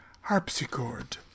harpsichord